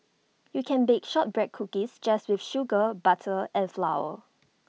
you can bake Shortbread Cookies just with sugar butter and flour